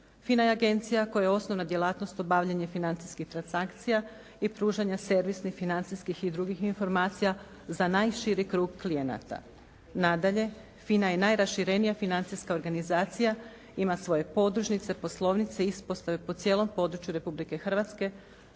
FINA je agencija kojoj je osnovna djelatnost obavljanje financijskih transakcija i pružanja servisnih, financijskih i drugih informacija za najširi krug klijenata. Nadalje FINA je i najraširenija financijska organizacija, ima svoje podružnice, poslovnice i ispostave po cijelom području Republike Hrvatske